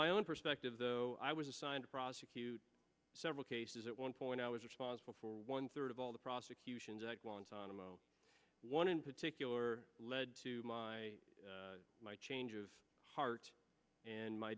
my own perspective though i was assigned to prosecute several cases at one point i was responsible for one third of all the prosecutions at guantanamo one in particular led to my my change of heart and my